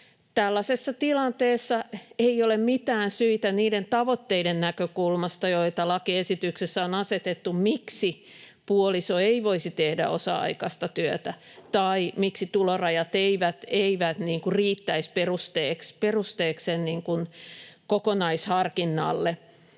Tällaisessa tilanteessa ei ole mitään syitä niiden tavoitteiden näkökulmasta, joita lakiesityksessä on asetettu, miksi puoliso ei voisi tehdä osa-aikaista työtä tai miksi tulorajat eivät riittäisi perusteeksi kokonaisharkinnalle,